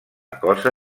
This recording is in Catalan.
cosa